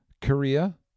Korea